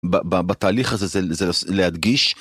בתהליך הזה זה להדגיש.